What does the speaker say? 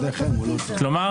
דהיינו,